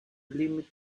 limit